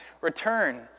return